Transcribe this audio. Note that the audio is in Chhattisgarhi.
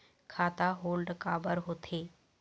खाता होल्ड काबर होथे?